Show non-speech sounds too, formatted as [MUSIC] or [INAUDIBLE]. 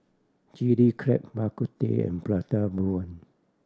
Chilli Crab Bak Kut Teh and prata [UNINTELLIGIBLE]